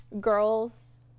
Girls